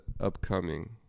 upcoming